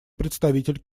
представитель